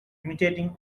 imitating